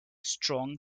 strong